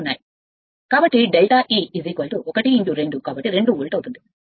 కాబట్టి delta E 1 2 కాబట్టి 2 volt అవుతుంది